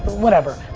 whatever.